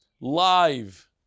live